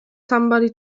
somebody